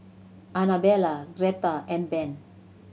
Anabella Gretta and Ben